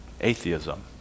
atheism